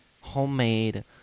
homemade